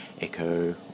echo